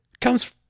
comes